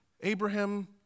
Abraham